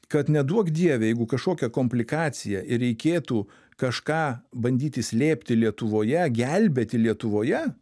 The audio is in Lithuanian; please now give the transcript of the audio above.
kad neduok dieve jeigu kažkokia komplikacija ir reikėtų kažką bandyti slėpti lietuvoje gelbėti lietuvoje